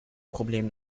problem